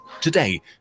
Today